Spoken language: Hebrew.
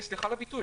סליחה על הביטוי,